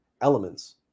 elements